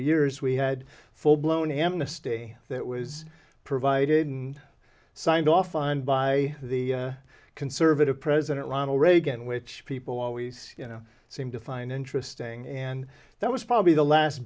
years we had a full blown amnesty that was provided and signed off on by the conservative president ronald reagan which people always you know seem to find interesting and that was probably the last